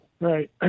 Right